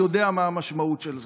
יודע מה המשמעות של זה.